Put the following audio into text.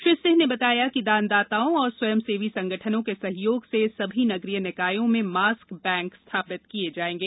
श्री सिंह ने बताया कि दानदाताओं और स्वयंसेवी संगठनों के सहयोग से सभी नगरीय निकायों में मास्क बैंक स्थापित किये जाएंगे